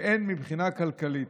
והן מבחינה כלכלית.